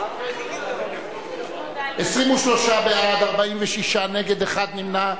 בעד, 23, נגד, 46, ונמנע אחד.